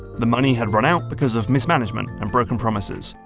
the money had run out because of mismanagement and broken promises.